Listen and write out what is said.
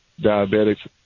diabetics